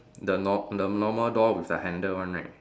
the nor~ the normal door with the handle one right